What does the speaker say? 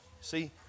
see